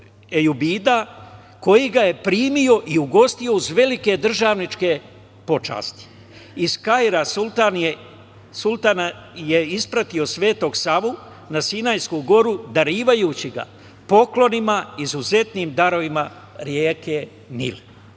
Ejubida, koji ga je primio i ugostio uz velike državničke počasti. Iz Kaira sultan je ispratio Svego Savu na Sinajsku goru darivajući ga poklonima, izuzetnim darovima reke Nil.